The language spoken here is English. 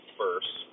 first